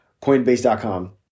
coinbase.com